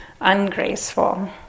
ungraceful